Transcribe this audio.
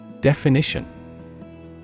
Definition